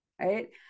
Right